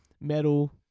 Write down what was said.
metal